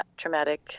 traumatic